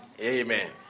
Amen